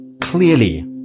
clearly